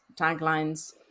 taglines